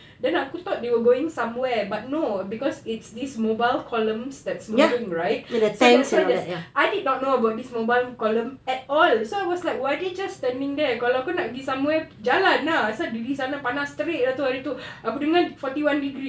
then aku thought they were going somewhere but no cause it's this mobile columns that's moving right so that's why I did not know about this mobile columns at all so I was like why are they just standing there kalau kau nak pergi somewhere jalan ah asal diri sana panas terik tu hari tu aku dengar forty one degrees